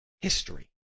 history